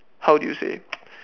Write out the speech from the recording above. how do you say